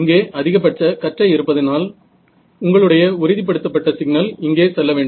இங்கே அதிகப்பட்ச கற்றை இருப்பதனால் உங்களுடைய உறுதிப்படுத்தப்பட்ட சிக்னல் இங்கே செல்ல வேண்டும்